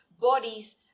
bodies